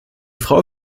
frau